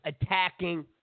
attacking